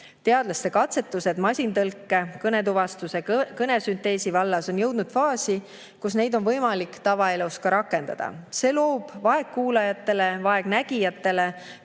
Teadlaste katsetused masintõlke, kõnetuvastuse ja kõnesünteesi vallas on jõudnud faasi, kus neid on võimalik ka tavaelus rakendada. See loob vaegkuuljatele, vaegnägijatele